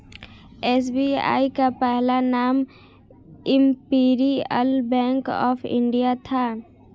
SBI का पहला नाम इम्पीरीअल बैंक ऑफ इंडिया था